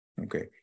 Okay